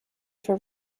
for